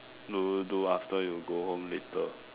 do you do after you go home later